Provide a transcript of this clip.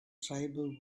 tribal